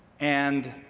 and